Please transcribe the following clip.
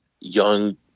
young